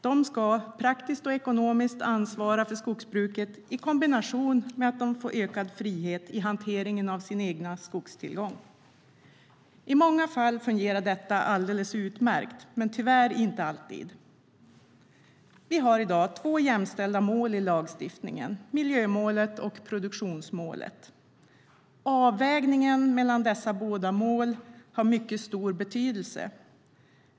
De ska, praktiskt och ekonomiskt, ansvara för skogsbruket i kombination med att de får ökad frihet i hanteringen av sin egen skogstillgång. I många fall fungerar detta alldeles utmärkt, men tyvärr inte alltid. Vi har i dag två jämställda mål i lagstiftningen, miljömålet och produktionsmålet. Avvägningen mellan dessa båda mål har mycket stor betydelse.